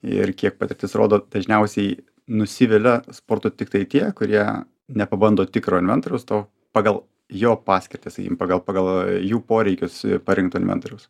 ir kiek patirtis rodo dažniausiai nusivilia sportu tiktai tie kurie nepabando tikro inventoriaus to pagal jo paskirtį sakykim pagal pagal jų poreikius parinkto inventoriaus